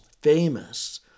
famous